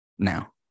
now